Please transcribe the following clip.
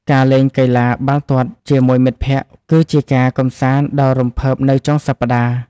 ការលេងកីឡាបាល់ទាត់ជាមួយមិត្តភក្តិ គឺជាការកម្សាន្តដ៏រំភើបនៅចុងសប្តាហ៍។